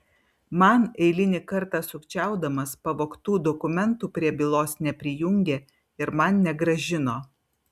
man eilinį kartą sukčiaudamas pavogtų dokumentų prie bylos neprijungė ir man negrąžino